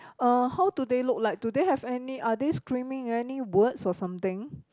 uh how do they look like do they have any are they screaming any words or something